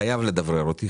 חייב לדברר אותי,